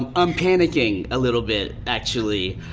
um i'm panicking a little bit actually.